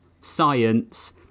science